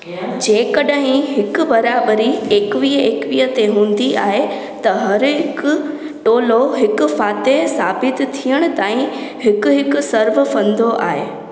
जेकॾहिं हिकु बराबरी एकवीह एकवीह ते हूंदी आहे त हर हिकु टोलो हिकु फ़तेह साबित थियण ताईं हिकु हिकु सर्व फंदो आहे